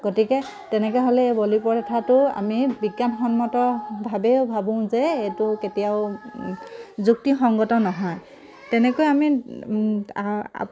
গতিকে তেনেকৈ হ'লে এই বলি প্ৰথাটো আমি বিজ্ঞানসন্মতভাৱেও ভাবোঁ যে এইটো কেতিয়াও যুক্তিসংগত নহয় তেনেকৈ আমি